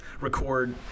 record